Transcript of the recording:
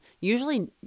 Usually